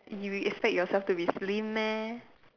you will expect yourself to be slim meh